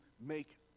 make